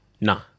Nah